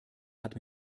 hat